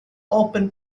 open